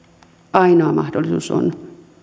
ainoa mahdollisuus on